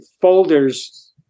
folders